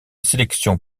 sélection